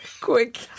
Quick